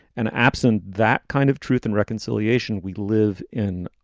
and absent that kind of truth and reconciliation, we live in